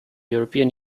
european